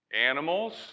animals